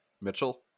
Mitchell